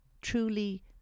truly